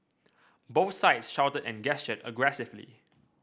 both sides shouted and gestured aggressively